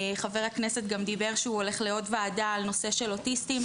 חבר הכנסת גם אמר שהוא הולך לעוד ועדה על נושא של אוטיסטים,